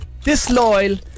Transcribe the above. disloyal